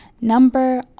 number